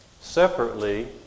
Separately